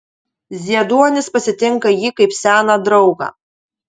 zieduonis pasitinka jį kaip seną draugą